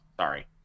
sorry